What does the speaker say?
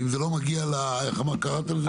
אם זה לא מגיע ל איך קראת לזה?